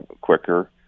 quicker